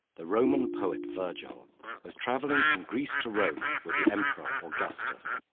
the roman poet virgil was traveling from greece to rome with the emperor augustus.